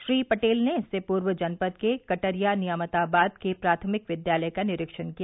श्री पटेल ने इससे पूर्व जनपद के कटरिया नियामताबाद के प्राथमिक विद्यालय का निरीक्षण किया